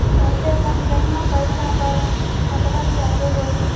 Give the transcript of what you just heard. सबसे कम केतना पईसा पर खतवन चालु होई?